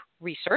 research